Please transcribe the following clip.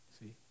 See